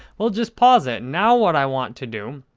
we'll just pause it. now, what i want to do,